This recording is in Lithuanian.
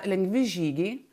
lengvi žygiai